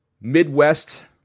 Midwest